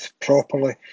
properly